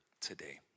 today